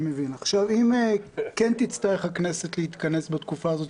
אם כן תצטרך הכנסת להתכנס בתקופה הזאת,